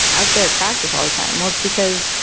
out there practice all the time once because.